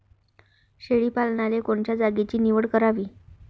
शेळी पालनाले कोनच्या जागेची निवड करावी?